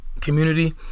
community